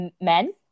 men